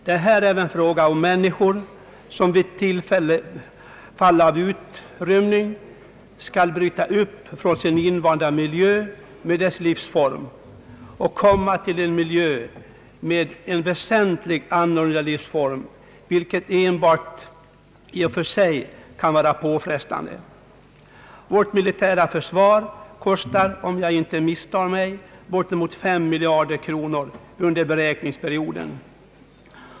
Det är här även fråga om människor som vid fall av utrymning skall bryta upp från sin invanda miljö med dess livsform och komma till en miljö med en väsentligt annorlunda livsform, vilket enbart i sig kan vara påfrestande. Vårt militära försvar kostar, om jag inte misstar mig, bortemot 5 miljarder kronor under beräkningsperioden.